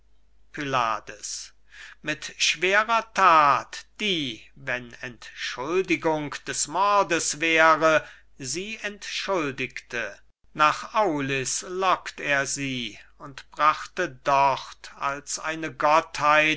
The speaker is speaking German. pylades mit schwerer that die wenn entschuldigung des mordes wäre sie entschuldigte nach aulis lockt er sie und brachte dort als eine